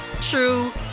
true